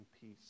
peace